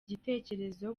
gitekerezo